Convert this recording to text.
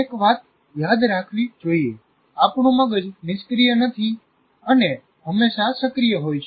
એક વાત યાદ રાખવી જોઈએ આપણું મગજ નિષ્ક્રિય નથી અને હંમેશા સક્રિય હોય છે